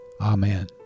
Amen